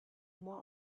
more